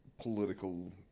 political